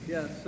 Yes